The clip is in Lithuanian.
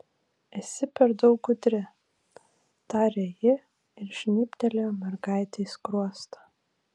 esi per daug gudri tarė ji ir žnybtelėjo mergaitei skruostą